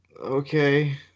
Okay